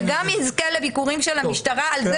וגם "יזכה" לביקורים של המשטרה על זה